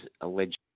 alleged